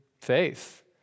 faith